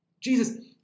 Jesus